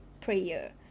prayer